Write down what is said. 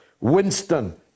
Winston